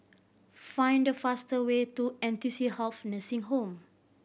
find the fast way to N T C Health Nursing Home